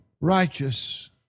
righteous